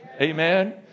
Amen